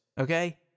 Okay